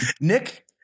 Nick –